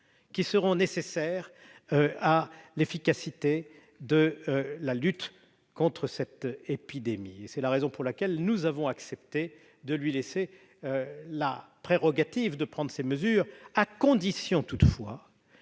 qui seront nécessaires à l'efficacité de la lutte contre cette épidémie. C'est la raison pour laquelle nous avons accepté de lui laisser la prérogative de prendre ces mesures. Toutefois,